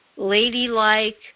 ladylike